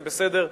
זה בסדר,